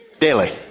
Daily